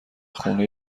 خونه